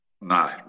No